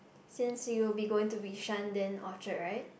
since you will be going to Bishan then Orchard right